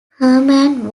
herman